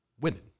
women